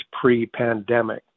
pre-pandemic